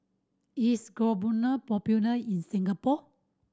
is popular in Singapore